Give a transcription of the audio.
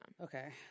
Okay